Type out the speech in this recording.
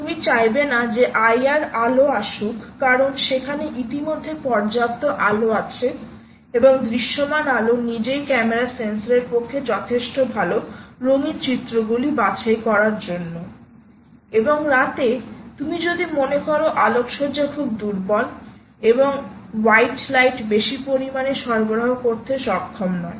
তুমি চাইবে না যে IRআলো আসুক কারণ সেখানে ইতিমধ্যে পর্যাপ্ত আলো আছে এবং দৃশ্যমান আলো নিজেই ক্যামেরা সেন্সরের পক্ষে যথেষ্ট ভাল রঙিন চিত্রগুলি বাছাই করার জন্য এবং রাতে তুমি যদি মনে করো আলোকসজ্জা খুব দুর্বল এবং হোয়াইট লাইট বেশি পরিমাণে সরবরাহ করতে সক্ষম নয়